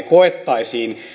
koettaisiin